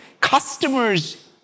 customers